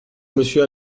monsieur